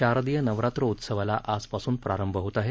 शारदीय नवरात्र उत्सवाला आजपासून प्रारंभ होत आहे